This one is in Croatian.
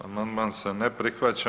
Amandman se ne prihvaća.